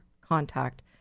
contact